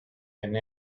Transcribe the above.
and